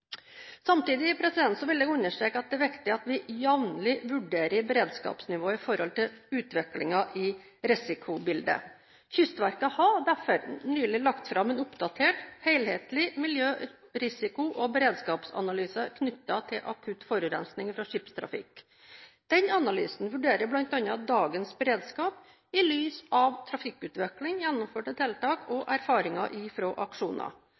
vil jeg understreke at det er viktig at vi jevnlig vurderer beredskapsnivået i forhold til utviklingen i risikobildet. Kystverket har derfor nylig lagt fram en oppdatert helhetlig miljørisiko- og beredskapsanalyse knyttet til akutt forurensning fra skipstrafikk. Denne analysen vurderer bl.a. dagens beredskap i lys av trafikkutvikling, gjennomførte tiltak og erfaringer fra aksjoner.